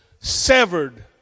severed